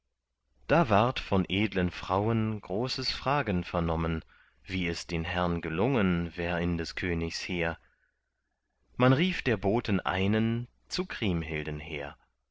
da ward von edlen frauen großes fragen vernommen wie es den herrn gelungen wär in des königs heer man rief der boten einen zu kriemhilden her